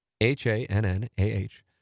H-A-N-N-A-H